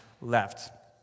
left